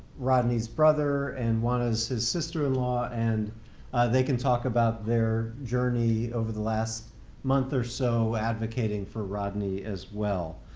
rodney's brother and uwana is his sister-in-law and they can talk about their journey over the last month or so advocating for rodney as well.